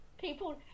People